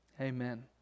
Amen